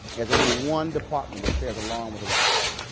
there's only one department that shares a lawn with the white house.